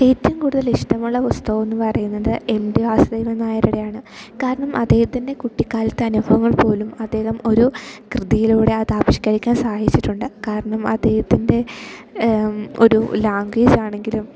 ഏറ്റവും കൂടുതൽ ഇഷ്ടമുള്ള പുസ്തകമെന്ന് പറയുന്നത് എം ടി വാസുദേവൻ നായരുടെയാണ് കാരണം അദ്ദേഹത്തിൻ്റെ കുട്ടിക്കാലത്ത് അനുഭവങ്ങൾ പോലും അദ്ദേഹം ഒരു കൃതിയിലൂടെ അത് ആ വിഷ്കരിക്കാൻ സഹായിച്ചിട്ടുണ്ട് കാരണം അദ്ദേഹത്തിൻ്റെ ഒരു ലാംഗ്വേജ് ആണെങ്കിലും